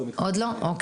הוא עוד לא ב-זום.